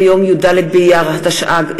ביום י"ד באייר התשע"ג,